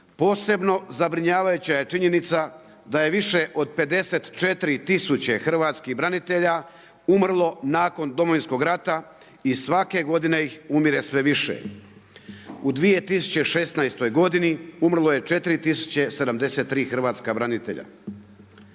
Posebno zabrinjavajuća je činjenica da je više od 54 tisuće hrvatskih branitelja urmo nakon Domovinskog rata i svake godine ih umire sve više. U 2016. godini umrlo je 4 073 hrvatska branitelja.